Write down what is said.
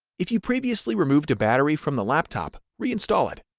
if you previously removed a battery from the laptop, reinstall it.